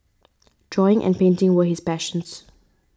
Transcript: drawing and painting were his passions